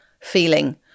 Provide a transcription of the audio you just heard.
feeling